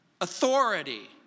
authority